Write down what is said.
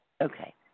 okay